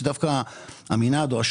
שם אנחנו הרבה יותר קרובים ל-100%.